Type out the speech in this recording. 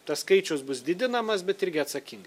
tas skaičius bus didinamas bet irgi atsakingai